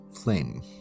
flame